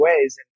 ways